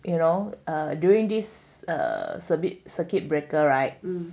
you know during this err circuit circuit breaker right